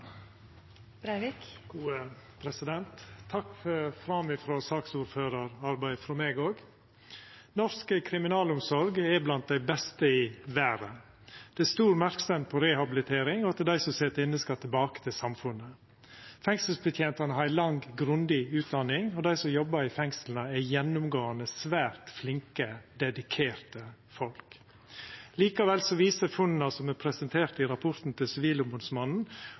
blant dei beste i verda. Det er stor merksemd på rehabilitering, og at dei som sit inne, skal tilbake til samfunnet. Fengselsbetjentane har ei lang og grundig utdanning, og dei som jobbar i fengsla, er gjennomgåande svært flinke, dedikerte folk. Likevel viser funna som er presenterte i rapporten til Sivilombodsmannen